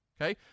Okay